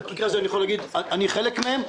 ואני יכול להגיד שאני חלק מהם.